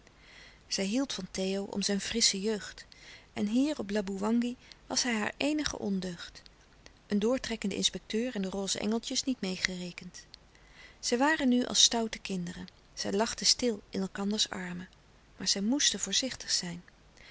zij hield van theo om zijn frissche jeugd en hier op laboewangi was hij haar eenige ondeugd een doortrekkende inspecteur en de roze engeltjes niet meêgerekend zij waren nu als stoute kinderen zij lachten stil in elkanders armen maar zij moesten voorzichtig zijn